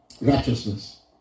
Righteousness